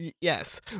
Yes